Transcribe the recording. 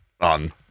on